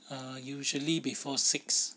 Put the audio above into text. err usually before six